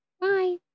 Bye